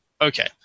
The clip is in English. Okay